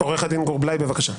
עורך הדין גור בליי, בבקשה.